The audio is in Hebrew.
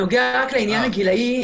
בעניין הגילאי,